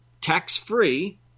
tax-free